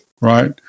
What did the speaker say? right